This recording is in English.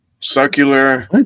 Circular